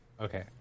Okay